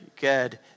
good